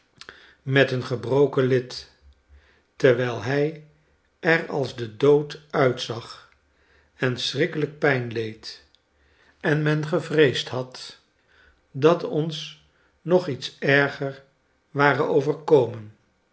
met een gebroken lid terwijlhij er als de dood uitzag en schrikkelijke pijnleed en men gevreesd had dat ons nog iets erger ware overkomen